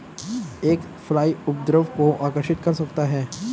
एक फ्लाई उपद्रव को आकर्षित कर सकता है?